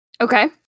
Okay